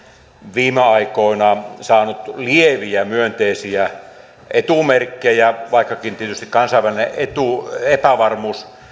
viime aikoina saanut lieviä myönteisiä etumerkkejä vaikkakin tietysti kansainvälinen epävarmuus